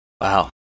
Wow